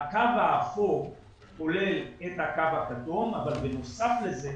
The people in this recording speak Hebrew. הקו האפור כולל את הקו הכתום, אבל בנוסף לזה